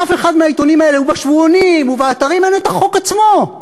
באף אחד מהעיתונים האלה ובשבועונים ובאתרים אין החוק עצמו.